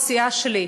יושב-ראש הסיעה שלי,